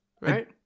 Right